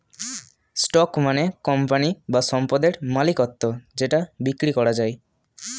stock মানে company বা সম্পদের মালিকত্ব যেটা বিক্রি করা যায়